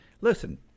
Listen